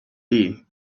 day